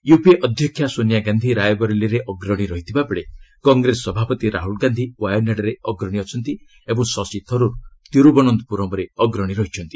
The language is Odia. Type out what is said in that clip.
ୟୂପିଏ ଅଧ୍ୟକ୍ଷା ସୋନିଆ ଗାନ୍ଧି ରାୟବରେଲିରେ ଅଗ୍ରଣୀ ରହିଥିବା ବେଳେ କଂଗ୍ରେସ ସଭାପତି ରାହୁଲ ଗାନ୍ଧି ଓ୍ୱୟାନାର୍ଡ୍ରେ ଅଗ୍ରଣୀ ଅଛନ୍ତି ଓ ଶଶି ଥରୁର୍ ତିରୁବନନ୍ତପୁରମ୍ରେ ଅଗ୍ରଣୀ ରହିଛନ୍ତି